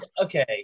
Okay